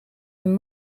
een